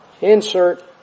insert